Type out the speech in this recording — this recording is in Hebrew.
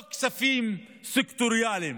לא כספים סקטוריאליים.